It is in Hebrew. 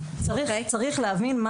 צריך להבין מה